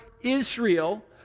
Israel